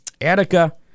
Attica